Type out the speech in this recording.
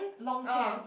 Longchamp